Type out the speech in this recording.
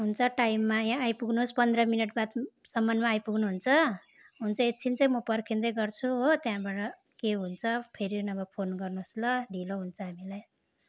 हुन्छ टाइममा यहाँ आइपुग्नुहोस् पन्ध्र मिनट बाद सम्ममा आइपुग्नुहुन्छ हुन्छ एकछिन चाहिँ म पर्खिँदै गर्छु हो त्यहाँबाट के हुन्छ फेरि नभए फोन गर्नुहोस् ल ढिलो हुन्छ हामीलाई